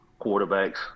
quarterbacks